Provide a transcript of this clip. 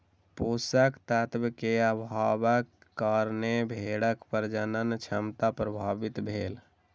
पोषक तत्व के अभावक कारणें भेड़क प्रजनन क्षमता प्रभावित भेल